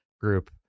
group